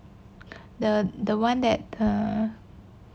the the one that err